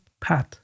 path